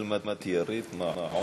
(אומר בערבית: